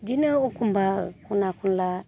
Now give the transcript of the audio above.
बिदिनो एखमब्ला खना खनला